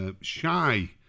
shy